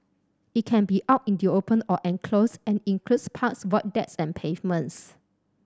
it can be out in the open or enclosed and includes parks void decks and pavements